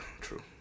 True